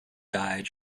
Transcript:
died